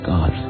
God